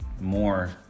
more